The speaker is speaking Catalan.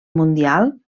mundial